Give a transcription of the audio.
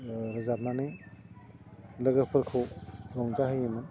रोजाबनानै लोगोफोरखौ रंजाहोयोमोन